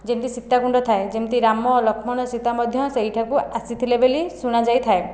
ଯେମିତି ସୀତାକୁଣ୍ଡ ଥାଏ ଯେମିତି ରାମ ଲକ୍ଷ୍ମଣ ସୀତା ମଧ୍ୟ ସେହିଠାକୁ ଆସିଥିଲେ ବୋଲି ଶୁଣାଯାଇଥାଏ